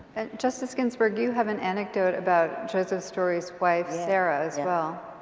justice ginsberg, do you have an anecdote about joseph story's wife sarah as well.